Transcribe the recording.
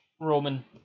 Roman